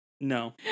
No